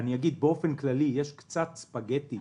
באופן כללי אני אגיד שיש כאן קצת ספגטי.